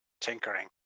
tinkering